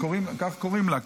כך קוראים לה.